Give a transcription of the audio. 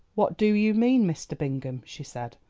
what do you mean, mr. bingham? she said.